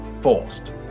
forced